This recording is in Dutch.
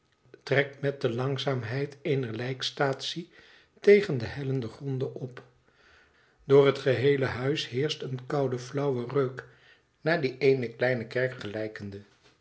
trekt met de langzaamheid eener lijkstaatsie tegen de hellende gronden op door het geheele huis heerscht een koude flauwe reuk naar dien eener kleine kerk gelijkende